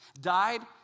died